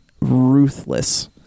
ruthless